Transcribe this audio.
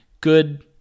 good